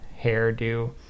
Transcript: hairdo